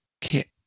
Kit